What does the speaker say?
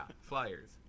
flyers